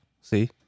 see